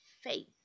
faith